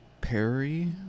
Perry